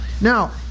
Now